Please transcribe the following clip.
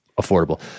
affordable